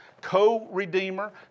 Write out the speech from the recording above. co-redeemer